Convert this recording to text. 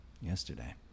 Yesterday